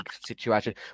situation